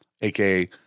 aka